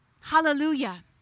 Hallelujah